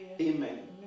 amen